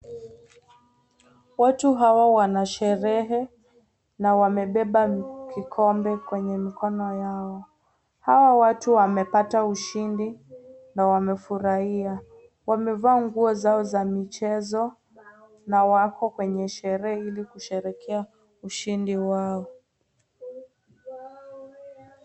Watu hawa wana sherehe na wamebeba vikombe kwenye mikono yao. Hawa watu wamepata ushindi na wamefurahia. Wamevaa nguo zao za michezo na wako kwenye sherehe ili kusherekea ushindi wao.